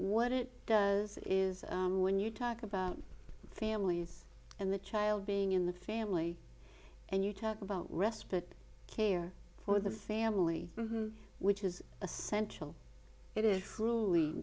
what it does is when you talk about families and the child being in the family and you talk about respite care for the family which is essential it is truly